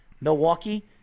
Milwaukee